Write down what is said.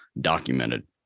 documented